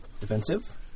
Defensive